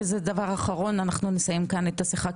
וזה דבר אחרון אנחנו נסיים כאן את השיחה,